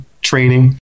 training